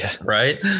Right